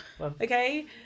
Okay